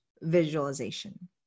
visualization